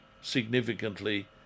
significantly